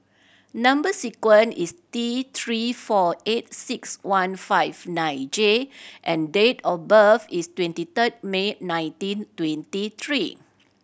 number sequence is T Three four eight six one five nine J and date of birth is twenty third May nineteen twenty three